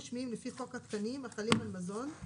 רשמיים לפי חוק התקנים החלים על מזון,